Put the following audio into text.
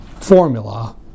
formula